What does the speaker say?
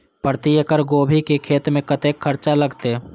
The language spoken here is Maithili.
प्रति एकड़ गोभी के खेत में कतेक खर्चा लगते?